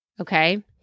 Okay